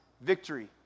victory